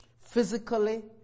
physically